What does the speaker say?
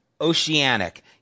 oceanic